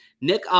Nick